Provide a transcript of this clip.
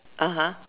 (uh huh)